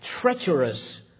treacherous